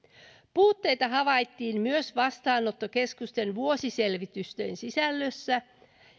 puutteita havaittiin myös vastaanottokeskusten vuosiselvitysten sisällössä